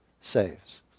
saves